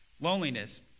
loneliness